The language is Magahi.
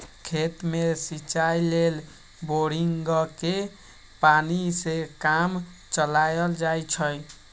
खेत में सिचाई लेल बोड़िंगके पानी से काम चलायल जाइ छइ